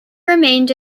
remained